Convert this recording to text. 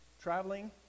traveling